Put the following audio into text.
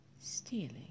stealing